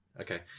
Okay